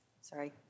Sorry